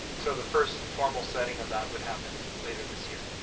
so the first formal setting of that would happen later this year.